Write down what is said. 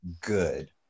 good